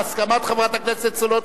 בהסכמת חברת הכנסת סולודקין,